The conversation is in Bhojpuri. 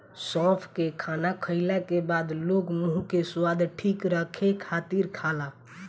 सौंफ के खाना खाईला के बाद लोग मुंह के स्वाद ठीक रखे खातिर खाला